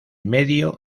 medio